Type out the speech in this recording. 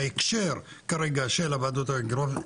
ההקשר כרגע של הוועדות הגיאוגרפיות,